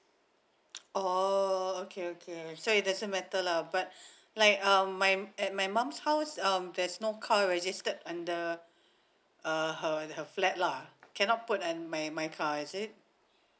oh okay okay so it doesn't matter lah but like um my at my mom's house um there's no car registered under uh her flat lah cannot put err my my car is it